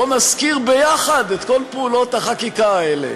בוא נזכיר ביחד את כל פעולות החקיקה האלה